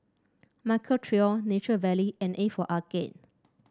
Michael Trio Nature Valley and A for Arcade